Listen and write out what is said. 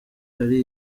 hari